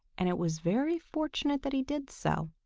and it was very fortunate that he did so,